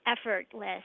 effortless